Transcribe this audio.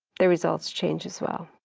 the results change as well.